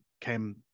came